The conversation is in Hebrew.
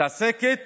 מתעסקת